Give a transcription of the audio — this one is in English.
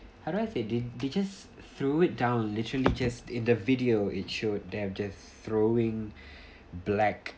how do I say this they just threw it down literally just in the video it showed they just throwing black